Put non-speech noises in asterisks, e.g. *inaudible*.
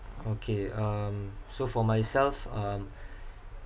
okay um so for myself um *breath*